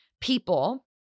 people